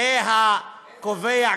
איזה החלטות?